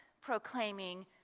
proclaiming